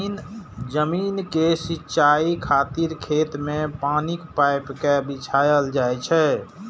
जमीन के सिंचाइ खातिर खेत मे पानिक पाइप कें बिछायल जाइ छै